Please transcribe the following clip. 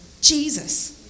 Jesus